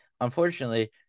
Unfortunately